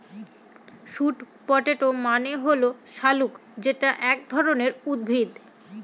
sweet potato মানে হল শাকালু যেটা এক ধরনের উদ্ভিদ